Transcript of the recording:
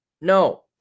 No